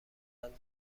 هند